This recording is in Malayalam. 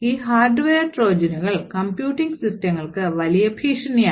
ഈ ഹാർഡ്വെയർ ട്രോജനുകൾ കമ്പ്യൂട്ടിംഗ് സിസ്റ്റങ്ങൾക്ക് വലിയ ഭീഷണിയാണ്